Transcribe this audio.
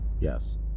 yes